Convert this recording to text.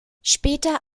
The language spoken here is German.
später